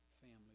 family